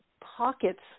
pockets